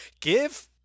give